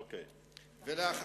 מאיר,